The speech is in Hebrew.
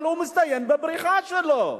אבל הוא מסתיים בבריחה שלו.